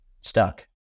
stuck